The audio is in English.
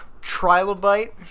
Trilobite